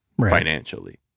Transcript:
financially